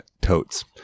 totes